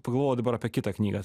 pagalvojau dabar apie kitą knygą